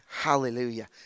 Hallelujah